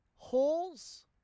Holes